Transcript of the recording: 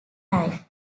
life